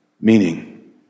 meaning